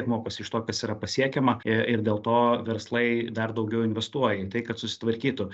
mokosi iš to kas yra pasiekiama ir dėl to verslai dar daugiau investuoja į tai kad susitvarkytų